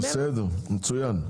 בסדר, מצוין.